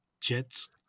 Jets